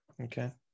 Okay